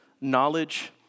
knowledge